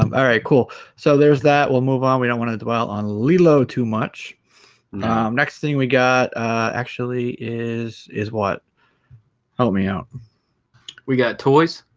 um all right cool so there's that will move on we don't want to dwell on lilo too much next thing we got actually is is what help me out we got toys